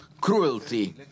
Cruelty